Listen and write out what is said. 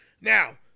Now